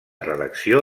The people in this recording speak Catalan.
redacció